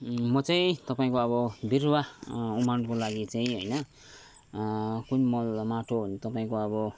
म चाहिँ तपाईँको अब बिरुवा उमार्नको लागि चाहिँ होइन कुन मल माटो तपाईँको अब